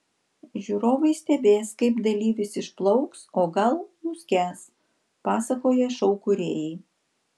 žiūrovai stebės kaip dalyvis išplauks o gal nuskęs pasakoja šou kūrėjai